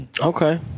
Okay